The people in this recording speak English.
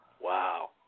Wow